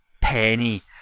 penny